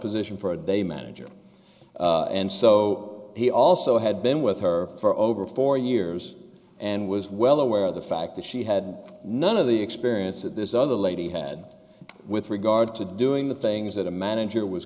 position for a day manager and so he also had been with her for over four years and was well aware of the fact that she had none of the experience that this other lady had with regard to doing the things that a manager was